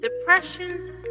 Depression